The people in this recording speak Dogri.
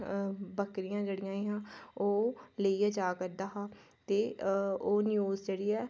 क्करियां जेह्डियां हियां ओह् लेइयै जा करदा हा ते ओह् न्यूज़ जेह्ड़ी ऐ